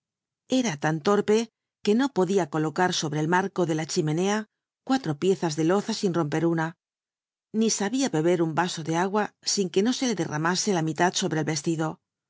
era tan torpe que no podía colocar obre el marco de la chiment a cuatro pieza tic loza in romper una ni sabia beber un a o de agua in que no e le derramase la mitad ohrc el nstido